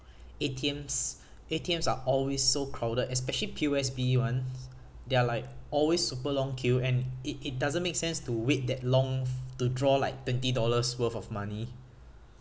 A_T_Ms A_T_Ms are always so crowded especially P_O_S_B ones they are like always super long queue and it it doesn't make sense to wait that long to draw like twenty dollars worth of money